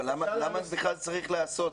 אבל על חצי מהשאלות אתה לא עונה.